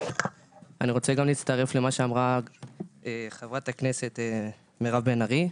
אני רוצה גם להצטרף למה שאמרה חברת הכנסת מירב בן ארי.